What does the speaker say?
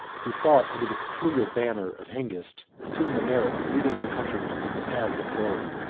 who fought under the peculiar banner of hengist, assumed the merit of leading their countrymen in the paths of glory,